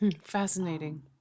Fascinating